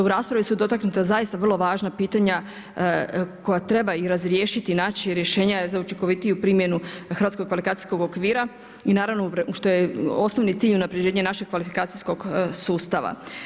U raspravi su dotaknuta zaista vrlo važna pitanja koja treba i razriješiti i naći rješenja za učinkovitiju primjenu hrvatskog kvalifikacijskog okvira i naravno što je osnovni cilj unapređenja našeg kvalifikacijskog sustava.